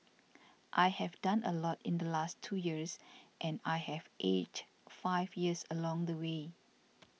I have done a lot in the last two years and I have aged five years along the way